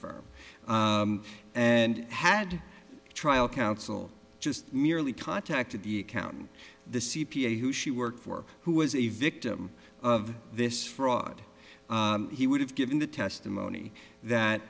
firm and had trial counsel just merely contacted the accountant the c p a who she worked for who was a victim of this fraud he would have given the testimony that